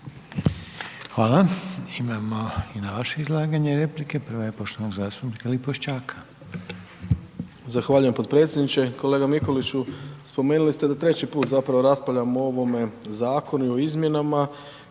Hvala. Imamo i na vaše izlaganje replike. Prva je poštovanog zastupnika Lipošćaka.